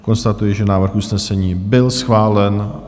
Konstatuji, že návrh usnesení byl schválen.